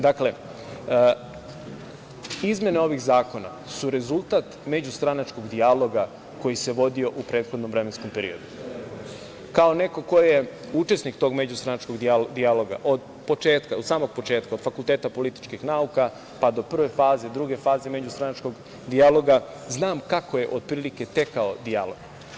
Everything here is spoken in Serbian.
Dakle, izmene ovih zakona su rezultat međustranačkog dijaloga koji se vodio u prethodnom vremenskom periodu, kao neko ko je učesnik tog međustranačkog dijaloga od početka, od samog početka, od Fakulteta političkih nauka, pa do prve faze, druge faze međustranačkog dijaloga, znam kako je otprilike tekao dijalog.